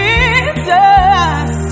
Jesus